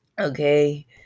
okay